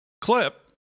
clip